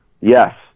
Yes